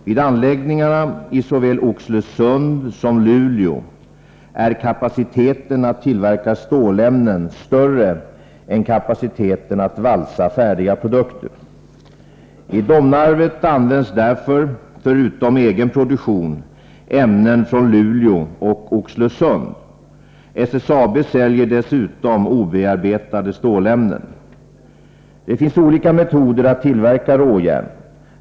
Vid anläggningarna i såväl Oxelösund som Luleå är kapaciteten att tillverka stålämnen större än kapaciteten att valsa färdiga produkter. I Domnarvet används därför, förutom egen produktion, ämnen från Luleå och Oxelösund. SSAB säljer dessutom obearbetade stålämnen. Det finns olika metoder att tillverka råjärn.